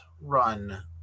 run